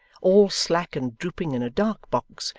all slack and drooping in a dark box,